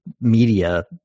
media